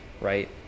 right